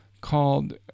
called